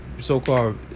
so-called